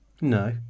No